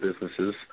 businesses